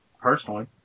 personally